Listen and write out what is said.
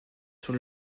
sur